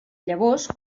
llavors